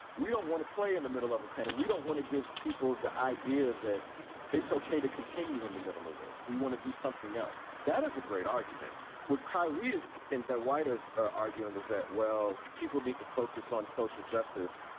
we don't want to play in the middle of a panic. we don't want to give people the idea that it's ok to continue in the middle of this. we want to do something else. that is a great argument with kairys in the white ah arguing is that, well, people need to focus on social justice.